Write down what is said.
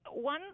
one